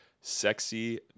Sexy